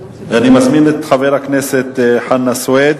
אני מזמין את חבר הכנסת חנא סוייד.